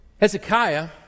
Hezekiah